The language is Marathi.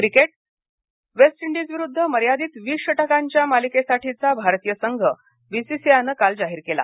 क्रिकेट वेस्ट इंडीजविरुद्ध मर्यादित वीस षटकांच्या मालिकेसाठीचा भारतीय संघ बीसीसीआयनं काल जाहीर केला